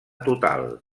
total